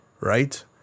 right